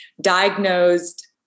diagnosed